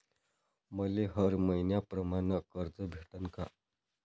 मले हर मईन्याप्रमाणं कर्ज भेटन का?